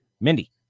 Mindy